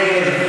השרה רגב,